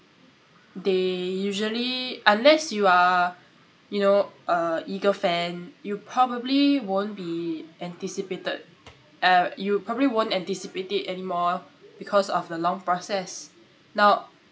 they usually unless you are you know a eager fan you probably won't be anticipated uh you probably won't anticipate it any more because of the long process now